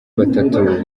batatu